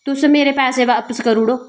तुस मेरे पैसै बापस करी ओड़ो